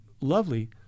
Lovely